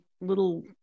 little